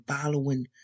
following